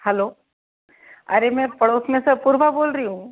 hello अरे मैं पड़ोस में से अपूर्वा बोल रही हूँ